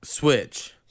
Switch